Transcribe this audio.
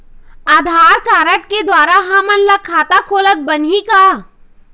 आधार card के द्वारा हमन ला खाता खोलत बनही का?